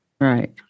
Right